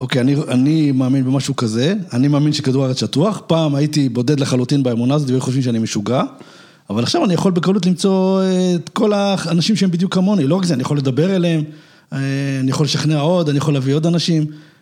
אוקיי, אני מאמין במשהו כזה, אני מאמין שכדור הארץ שטוח, פעם הייתי בודד לחלוטין באמונה הזאת, היו חושבים שאני משוגע, אבל עכשיו אני יכול בקלות למצוא את כל האנשים שהם בדיוק כמוני, לא רק זה, אני יכול לדבר אליהם, אני יכול לשכנע עוד, אני יכול להביא עוד אנשים.